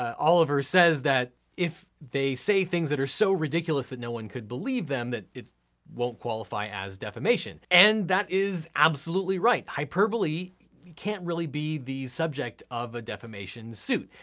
oliver says that if they say things that are so ridiculous that no one could believe them, that it won't qualify as defamation. and that is absolutely right. hyperbole can't really be the subject of a defamation suit.